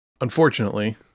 Unfortunately